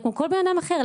כמו כל בן אדם אחר.